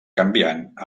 canviant